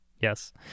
Yes